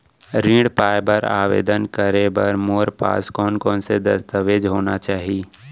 ऋण पाय बर आवेदन करे बर मोर पास कोन कोन से दस्तावेज होना चाही?